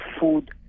food